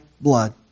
blood